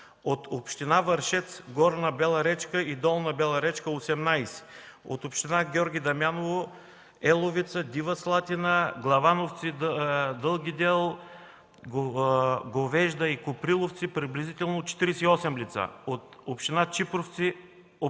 От община Вършец – Горна Бела речка и Долна Бела речка, 18. От община Георги Дамяново – Еловица, Дива Слатина, Главановци, Дълги дел, Говежда и Копиловци, приблизително 48 лица; от община Чипровци – 18.